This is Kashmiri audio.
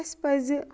اَسہِ پَزِ